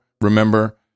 remember